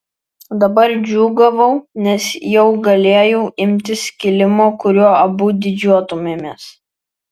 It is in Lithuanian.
dabar džiūgavau nes jau galėjau imtis kilimo kuriuo abu didžiuotumėmės